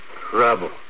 Trouble